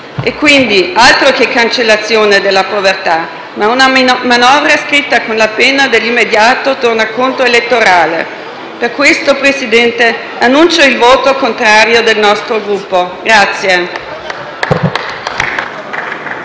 E quindi, altro che cancellazione della povertà, ma una manovra scritta con la penna dell'immediato tornaconto elettorale. Per questo, signor Presidente, dichiaro il voto contrario del nostro Gruppo.